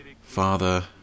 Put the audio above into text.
father